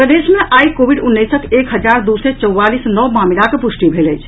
प्रदेश मे आई कोविड उन्नैसक एक हजार दू सय चौवालीस नव मामिलाक पुष्टि भेल अछि